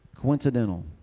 coincidental